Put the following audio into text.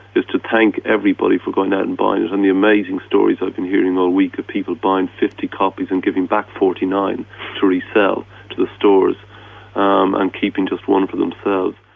is to thank everybody for going out and buying it, and the amazing stories i've been hearing all week of people buying fifty copies and giving back forty nine to resell to the stores um and keeping just one for themselves.